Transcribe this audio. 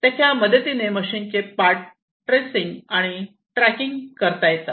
त्याच्या मदतीने मशीनचे पार्ट ट्रेसिंग आणि ट्रॅकिंग करता येतात